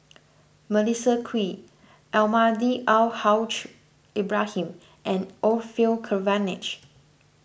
Melissa Kwee Almahdi Al Haj Ibrahim and Orfeur Cavenagh